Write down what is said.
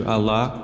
Allah